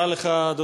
תודה לך.